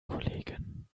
kollegin